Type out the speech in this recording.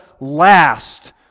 last